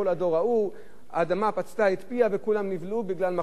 האדמה פצתה את פיה וכולם נבלעו בגלל מחלוקות כאלה.